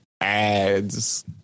ads